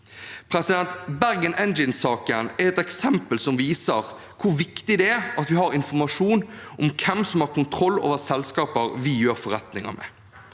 plass. Bergen Engines-saken er et eksempel som viser hvor viktig det er at vi har informasjon om hvem som har kontroll over selskaper vi gjør forretninger med.